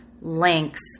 links